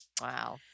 Wow